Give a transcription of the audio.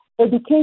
education